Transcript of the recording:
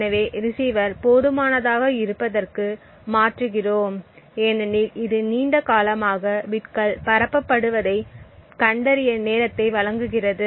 எனவே ரிசீவர் போதுமானதாக இருப்பதற்கு மாற்றுகிறோம் ஏனெனில் இது நீண்ட காலமாக பிட்கள் பரப்பப்படுவதைக் கண்டறிய நேரத்தை வழங்குகிறது